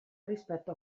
rispetto